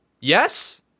Yes